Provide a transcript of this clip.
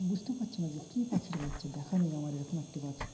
বুঝতে পারছি না যে কী পাখির বাচ্চা দেখা নেই আমার এরকম একটি পাখি